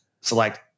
select